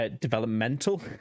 developmental